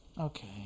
Okay